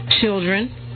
children